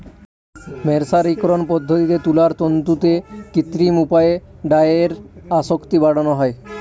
মের্সারিকরন পদ্ধতিতে তুলার তন্তুতে কৃত্রিম উপায়ে ডাইয়ের আসক্তি বাড়ানো হয়